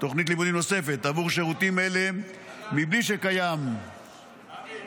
תוכנית לימודים נוספת עבור שירותים אלה מבלי שקיים --- אבי,